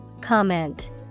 Comment